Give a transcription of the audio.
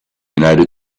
united